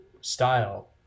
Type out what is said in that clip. style